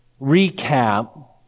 recap